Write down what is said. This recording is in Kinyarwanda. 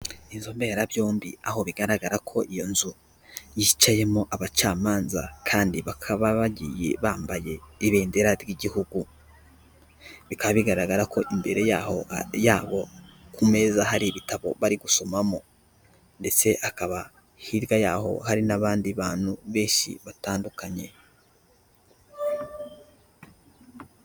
Inzu mberabyombi aho bigaragara ko iyo nzu yicayemo abacamanza kandi bakaba bagiye bambaye ibendera ry'igihugu, bikaba bigaragara ko imbere yaho yabo ku meza hari ibitabo bari gusomamo ndetse hakaba hirya y'aho hari n'abandi bantu benshi batandukanye.